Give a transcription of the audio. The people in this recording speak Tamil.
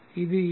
இது எல்